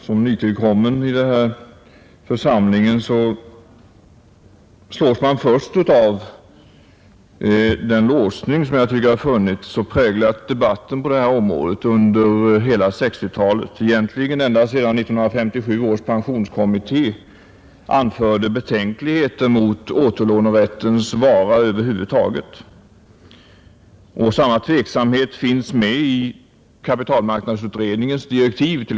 Som ny ledamot slås jag främst av den låsning som jag tycker har funnits och präglat debatten på detta område under hela 1960-talet — ja, egentligen ända sedan 1957 års pensionskommitté anförde betänkligheter mot återlånerättens vara över huvud taget. Samma tveksamhet finns med i kapitalmarknadsutredningens direktiv.